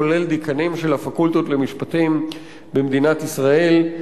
כולל דיקנים של הפקולטות למשפטים במדינת ישראל.